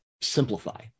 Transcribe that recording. simplify